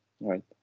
right